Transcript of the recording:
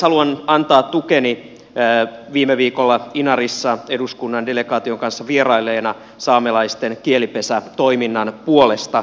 haluan antaa tukeni viime viikolla inarissa eduskunnan delegaation kanssa vierailleena saamelaisten kielipesätoiminnan puolesta